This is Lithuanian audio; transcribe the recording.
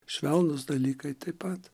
švelnūs dalykai taip pat